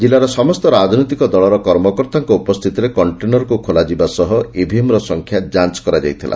ଜିଲ୍ଲାର ସମସ୍ତ ରାଜନୈତିକ ଦଳର କର୍ମକର୍ତ୍ତାଙ୍କ ଉପସ୍ଥିତିରେ କକ୍ଷେନରକୁ ଖୋଲାଯିବା ସହ ଇଭିଏମ୍ର ସଂଖ୍ୟା ଯାଞ କରାଯାଇଥିଲା